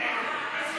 כל